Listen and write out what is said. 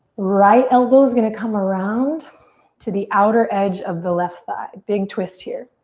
right elbow's gonna come around to the outer edge of the left thigh. big twist here.